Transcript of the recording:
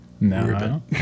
No